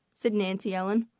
said nancy ellen.